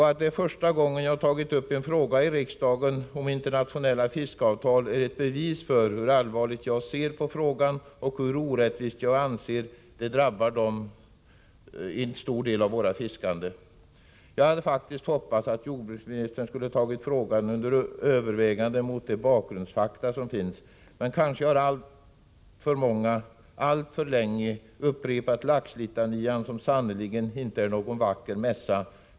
Att jag för första gången funnit mig föranledd att i riksdagen ta upp en fråga om internationella fiskeavtal är ett bevis för hur allvarligt jag ser på frågan och hur orättvist jag anser att avtalet drabbar en stor del av vår fiskarkår. Jag hade faktiskt hoppats att jordbruksministern skulle ha tagit frågan under övervägande med hänsyn till de bakgrundsfakta som finns. Men kanske har alltför många — alltför länge — upprepat laxlitanian, som sannerligen inte är någon vacker mässa.